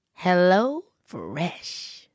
HelloFresh